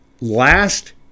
last